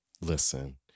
Listen